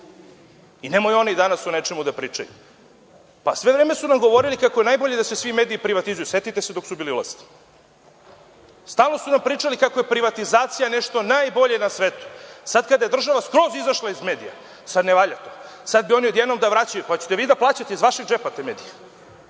I nemoj oni danas o nečemu da pričaju. Pa sve vreme su nam govorili kako je najbolje da se svi mediji privatizuju, setite se, dok su bili vlast. Stalno su nam pričali kako je privatizacija nešto najbolje na svetu. Sada kada je država skroz izašla iz medija, sad ne valja to. Sad bi oni odjednom da vraćaju. Pa hoćete vi da plaćate iz vašeg džepa te medije?